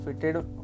fitted